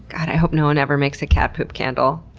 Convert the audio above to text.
i hope no one ever makes a cat poop candle.